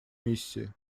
миссии